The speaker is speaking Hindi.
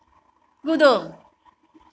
कूदो